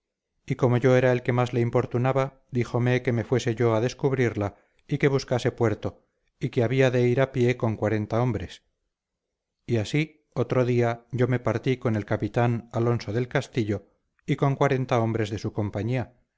y como yo era el que más le importunaba díjome que me fuese yo a descubrirla y que buscase puerto y que había de ir a pie con cuarenta hombres y así otro día yo me partí con el capitán alonso del castillo y con cuarenta hombres de su compañía